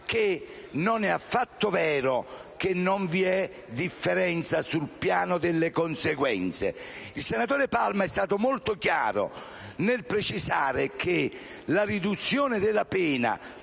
che non è affatto vero che non vi è differenza sul piano delle conseguenze. Il senatore Palma è stato molto chiaro nel precisare che la riduzione della pena